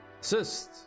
Assist